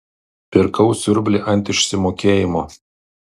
pirkau siurblį ant išsimokėjimo